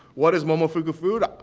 what is momofuku food?